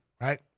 right